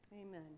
Amen